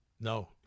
No